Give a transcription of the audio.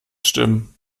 stimmen